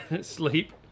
Sleep